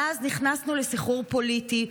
מאז נכנסנו לסחרור פוליטי,